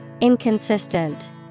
Inconsistent